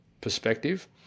perspective